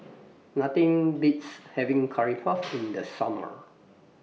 Nothing Beats having Curry Puff in The Summer